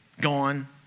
gone